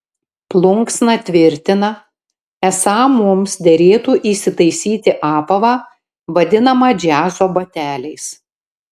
plunksna tvirtina esą mums derėtų įsitaisyti apavą vadinamą džiazo bateliais